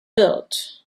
built